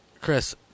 Chris